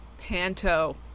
Panto